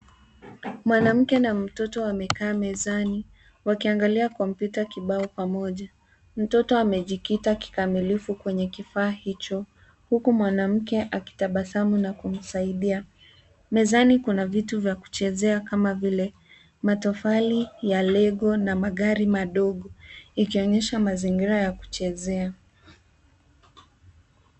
Mwanamke na mtoto wamekaa mezani, wakiangalia kompyuta kibao pamoja. Mtoto amejikita kikamilifu kwenye kifaa hicho, huku mwanamke akitabasamu na kumsaidia. Mezani kuna vitu vya kuchezea kama vile matofali ya Lego na magari madogo, ikionyesha mazingira ya kuchezea.